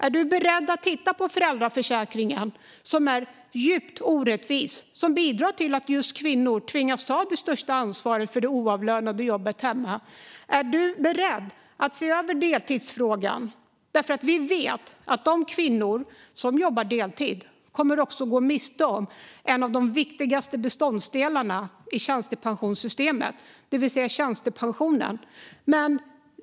Är du beredd att titta på föräldraförsäkringen, som är djupt orättvis och bidrar till att just kvinnor tvingas ta det största ansvaret för det oavlönade jobbet hemma? Är du beredd att se över deltidsfrågan? Vi vet att de kvinnor som jobbar deltid också kommer att gå miste om en av de viktigaste beståndsdelarna i pensionssystemet, nämligen tjänstepensionen.